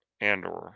Andor